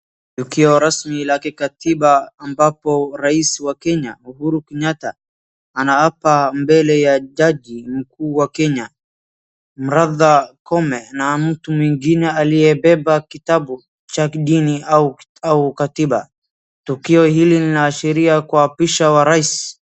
Tukio rasmi la kikatiba ambapo rais wa Kenya, Uhuru Kenyatta anaapa mbele ya jaji mkuu wa Kenya Martha Koome na mtu mwingine aliyebeba kitabu cha dini au katiba tukio hili inaashiria kuapisha wa rais.